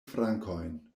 frankojn